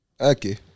Okay